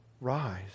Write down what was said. rise